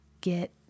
get